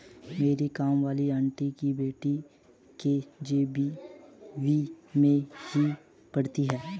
मेरी काम वाली आंटी की बेटी के.जी.बी.वी में ही पढ़ती है